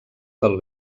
del